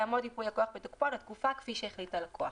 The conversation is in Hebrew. יעמוד ייפוי הכוח בתוקפו לתקופה כפי שהחליט הלקוח".